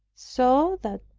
so that,